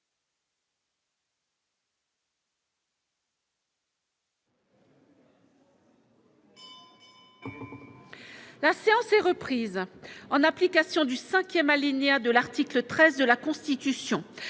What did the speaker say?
La séance est reprise. En application du cinquième alinéa de l'article 13 de la Constitution,